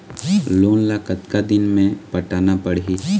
Loan ला कतका दिन मे पटाना पड़ही?